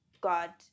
God